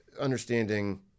understanding